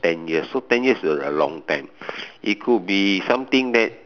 ten years so ten years is a long time it could be something that